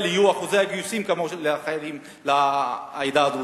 יהיו אחוזי גיוס כמו שיש בעדה הדרוזית.